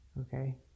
okay